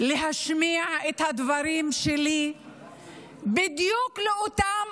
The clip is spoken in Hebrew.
להשמיע את הדברים שלי בדיוק לאותם